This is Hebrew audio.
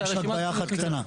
יש רק בעיה אחת קטנה.